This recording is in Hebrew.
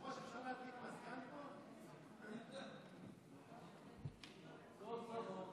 תודה רבה.